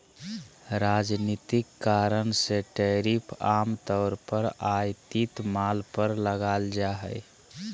राजनीतिक कारण से टैरिफ आम तौर पर आयातित माल पर लगाल जा हइ